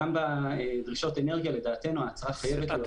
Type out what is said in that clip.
גם בדרישת אנרגיה לדעתנו ההצהרה חייבת להיות --- אתה